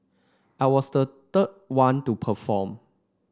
I was the third one to perform